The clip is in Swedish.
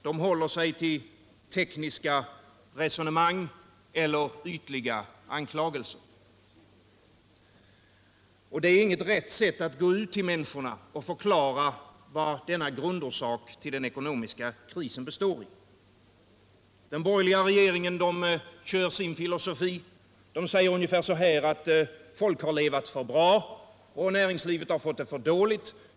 De håller sig till tekniska resonemang eller ytliga anklagelser, och det är inte ett riktigt sätt att gå ut till människorna för att förklara vad grundorsaken till den ekonomiska krisen är. Den borgerliga regeringen kör på med sin filosofi. Man säger ungefär att folk har levat för bra och att näringslivet har fått det för dåligt.